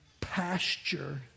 pasture